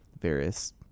various